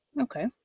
Okay